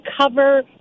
cover